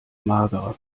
magerer